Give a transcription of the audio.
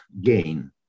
gain